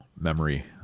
memory